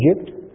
Egypt